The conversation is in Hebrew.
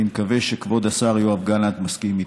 אני מקווה שכבוד השר יואב גלנט מסכים איתי.